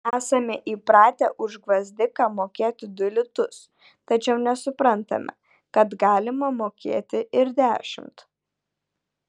esame įpratę už gvazdiką mokėti du litus tačiau nesuprantame kad galima mokėti ir dešimt